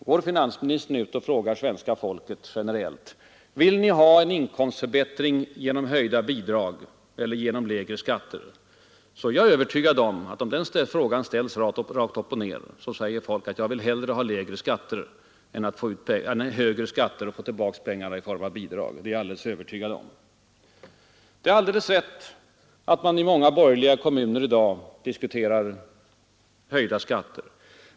Går finansministern ut och frågar svenska folket generellt och rakt på sak, om man vill ha en inkomstförbättring genom höjda bidrag eller genom lägre skatter, är jag övertygad om att han får till svar: ”Jag vill hellre ha lägre skatter än högre skatter och få tillbaka skattepengarna i form av bidrag.” Det är alldeles riktigt att man i många borgerligt styrda kommuner i dag diskuterar skattehöjningar.